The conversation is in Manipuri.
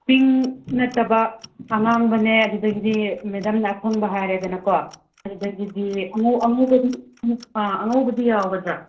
ꯄꯤꯡ ꯅꯠꯇꯕ ꯑꯉꯥꯡꯕꯅꯦ ꯑꯗꯨꯗꯒꯤꯗꯤ ꯃꯦꯗꯥꯝꯅ ꯑꯁꯪꯕ ꯍꯥꯏꯔꯦꯗꯅꯀꯣ ꯑꯗꯨꯗꯒꯤꯗꯤ ꯑꯉꯧꯕꯗꯤ ꯑꯉꯧꯕꯗꯤ ꯌꯥꯎꯒꯗ꯭ꯔ